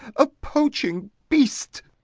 a poaching beast!